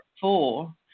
four